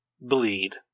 Bleed